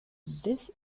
this